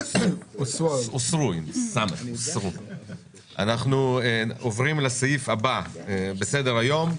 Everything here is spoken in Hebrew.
אנחנו עוברים לסעיף הבא בסדר-היום.